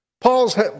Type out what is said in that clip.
Paul's